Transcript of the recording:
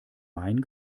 main